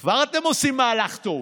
אם כבר אתם עושים מהלך טוב